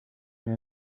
mir